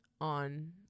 on